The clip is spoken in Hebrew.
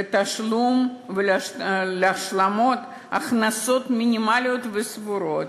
לתשלום ולהשלמת הכנסות מינימליות וסבירות.